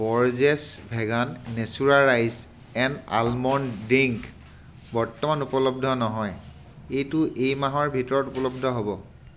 Borges vegan natura rice and almond drink বৰ্তমান উপলব্ধ নহয় এইটো এই মাহৰ ভিতৰত ঊপলব্ধ হ'ব